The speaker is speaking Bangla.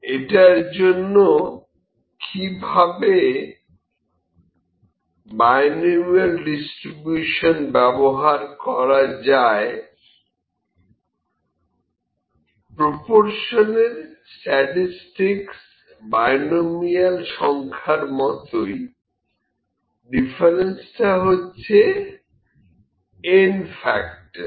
এটার জন্য কিভাবে বাইনোমিয়াল ডিস্ট্রিবিউশন ব্যবহার করা যায় প্রপরশনের স্ট্যাটিসটিকস বাইনোমিয়াল সংখ্যার মতই ডিফারেন্সটা হচ্ছে n ফ্যাক্টর